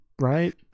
Right